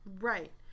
Right